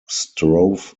strove